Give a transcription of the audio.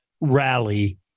rally